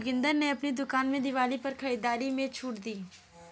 जोगिंदर ने अपनी दुकान में दिवाली पर खरीदारी में छूट दी